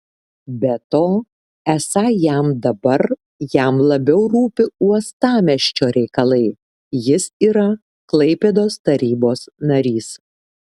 be to esą jam dabar jam labiau rūpi uostamiesčio reikalai jis yra klaipėdos tarybos narys